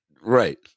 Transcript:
right